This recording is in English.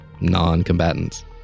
non-combatants